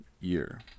year